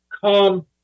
come